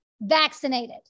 vaccinated